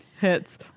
hits